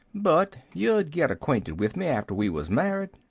but yeh'd git acquainted with me after we was married,